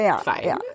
fine